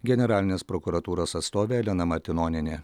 generalinės prokuratūros atstovė elena martinonienė